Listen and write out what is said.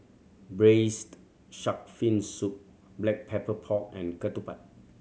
Braised Shark Fin Soup Black Pepper Pork and ketupat